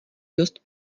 dost